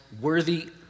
worthy